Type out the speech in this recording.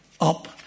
up